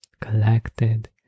collected